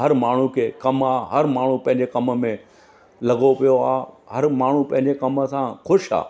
हर माण्हू खे कमु आहे हर माण्हू पंहिंजे कम में लॻो पयो आहे हर माण्हू पंहिंजे कम सां ख़ुशि आहे